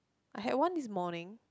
I had one this morning